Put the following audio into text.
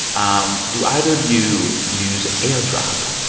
um do either of you use airdrop?